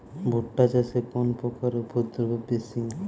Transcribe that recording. ভুট্টা চাষে কোন পোকার উপদ্রব বেশি?